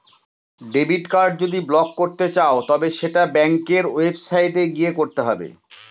debit card যদি block করতে চাও তবে সেটা ব্যাঙ্কের ওয়েবসাইটে গিয়ে করতে হবে